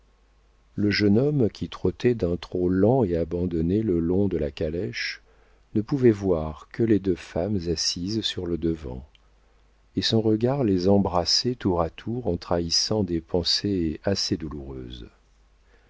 le jeune homme qui trottait d'un trot lent et abandonné le long de la calèche ne pouvait voir que les deux femmes assises sur le devant et son regard les embrassait tour à tour en trahissant des pensées assez douloureuses